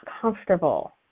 comfortable